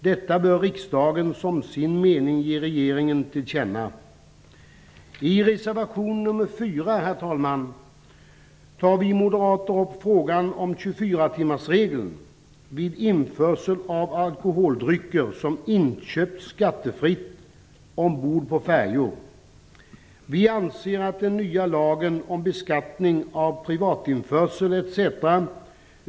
Detta bör riksdagen som sin mening ge regeringen till känna. I reservation nr 4, herr talman, tar vi moderater upp frågan om 24-timmarsregeln vid införsel av alkoholdrycker som inköpts skattefritt ombord på färjor. Vi anser att den nya lagen om beskattning av privatinförsel etc.